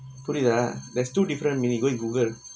புரிதா:purithaa there's two different meaning go and Google